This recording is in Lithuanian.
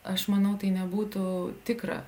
aš manau tai nebūtų tikra